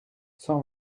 cent